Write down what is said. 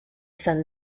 sun